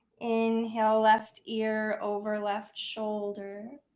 inhale. left ear over left shoulder.